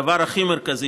הדבר הכי מרכזי,